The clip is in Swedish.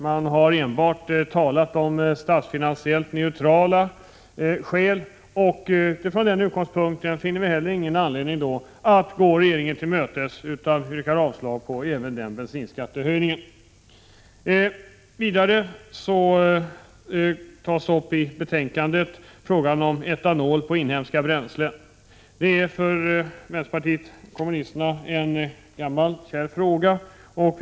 Man har enbart talat om statsfinansiellt neutrala skäl, och utifrån den utgångspunkten finner vi heller ingen anledning att gå regeringen till mötes, utan yrkar avslag även på den bensinskattehöjningen. Vidare tas frågan om tillverkning av etanol av inhemska bränslen upp i betänkandet. Det är en gammal kär fråga för vänsterpartiet kommunisterna.